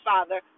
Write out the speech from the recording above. Father